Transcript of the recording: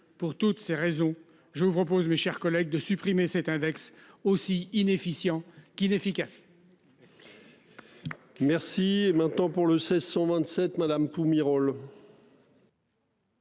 pour toutes ces raisons, je vous propose, mes chers collègues, de supprimer cet index aussi in efficient qu'inefficace. Merci et maintenant pour le 1627 Madame Toumi rôle.